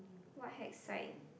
what hex sign